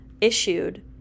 issued